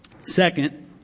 Second